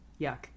Yuck